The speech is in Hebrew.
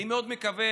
אני מאוד מקווה,